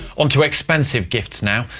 onto expensive gifts now.